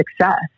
success